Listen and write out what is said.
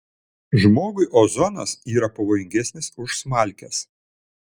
žmogui ozonas yra pavojingesnis už smalkes